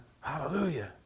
Hallelujah